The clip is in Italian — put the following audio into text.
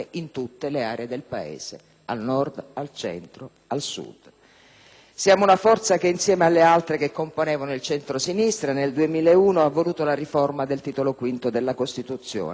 Siamo una forza che, insieme alle altre che componevano il centrosinistra, nel 2001 ha voluto la riforma del Titolo V della Costituzione. E - voglio dirlo per stroncare forse definitivamente, me lo auguro,